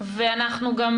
ואנחנו גם,